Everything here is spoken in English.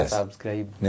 Subscribe